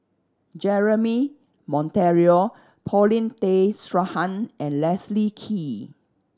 Jeremy Monteiro Paulin Tay Straughan and Leslie Kee